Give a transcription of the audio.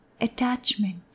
attachment